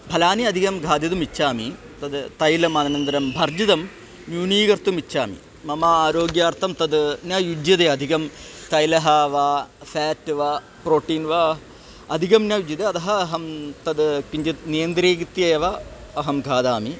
फलानि अधिगं घादितुम् इच्छामि तद् तैलम् आनन्तरं भर्जितं न्यूनीकर्तुम् इच्छामि मम आरोग्यार्थं तद् न युज्यते अधिकं तैलं वा फ़ेट् वा प्रोटीन् वा अधिकं न युज्यते अतः अहं तद् किञ्चित् नियन्त्रीकृत्य एव अहं खादामि